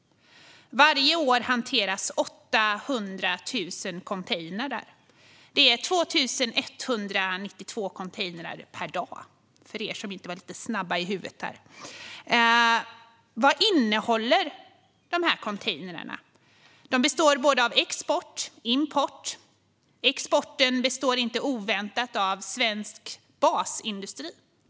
Varje år hanteras 800 000 containrar där. Det är 2 192 containrar per dag, kan jag berätta för er som inte var snabba i huvudet. Vad innehåller dessa containrar? Det handlar om både export och import. För exporten står inte oväntat svensk basindustri.